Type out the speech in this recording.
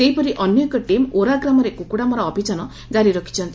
ସେହିପରି ଅନ୍ୟ ଏକ ଟିମ୍ ଓରା ଗ୍ରାମରେ କୁକୁଡ଼ାମରା ଅଭିଯାନ ଜାରି ରଖିଛନ୍ତି